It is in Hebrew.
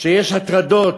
ששם יש הטרדות,